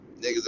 niggas